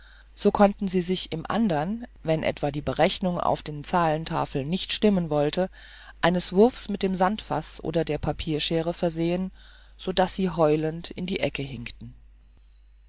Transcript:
so konnten sie sich im andern wenn etwa die berechnung auf den zahlentafeln nicht stimmen sollte eines wurfs mit dem sandfaß oder der papierschere versehen so daß sie heulend in die ecke hinkten